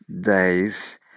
days